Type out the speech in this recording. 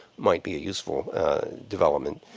might be a useful development.